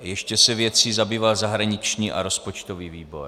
Ještě se věcí zabýval zahraniční a rozpočtový výbor.